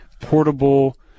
portable